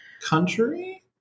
country